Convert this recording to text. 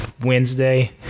Wednesday